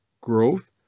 growth